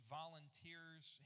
volunteers